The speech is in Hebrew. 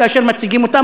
כאשר מציגים אותה,